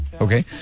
okay